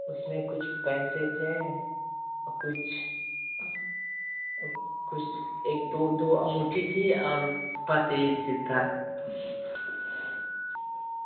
उसमें कुछ पैसे थे और कुछ अब कुछ एक दो तो अंगूठी थी और